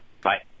Bye